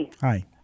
Hi